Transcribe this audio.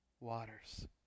waters